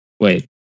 Wait